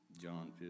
John